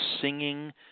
singing